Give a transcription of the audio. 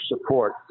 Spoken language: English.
support